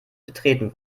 betreten